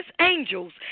angels